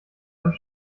einem